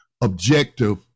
Objective